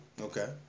Okay